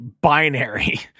binary